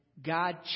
God